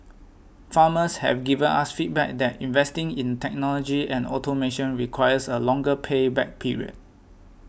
farmers have given us feedback that investing in technology and automation requires a longer pay back period